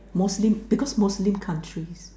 Muslim because Muslim countries